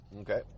Okay